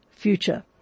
future